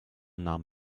nahm